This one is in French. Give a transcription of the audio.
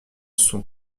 sont